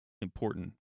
important